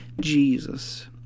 Jesus